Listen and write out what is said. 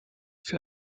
für